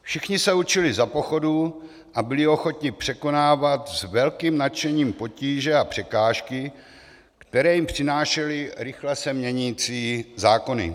Všichni se učili za pochodu a byli ochotni překonávat s velkým nadšením potíže a překážky, které jim přinášely rychle se měnící zákony.